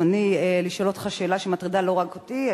ברצוני לשאול אותך שאלה שמטרידה לא רק אותי,